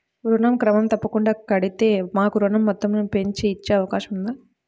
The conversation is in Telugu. ఋణం క్రమం తప్పకుండా కడితే మాకు ఋణం మొత్తంను పెంచి ఇచ్చే అవకాశం ఉందా?